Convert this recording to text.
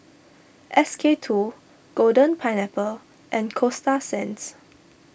S K two Golden Pineapple and Coasta Sands